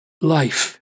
life